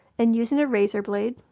and using a razor blade,